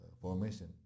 formation